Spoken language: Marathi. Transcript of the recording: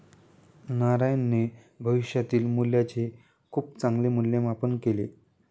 नारायणने भविष्यातील मूल्याचे खूप चांगले मूल्यमापन केले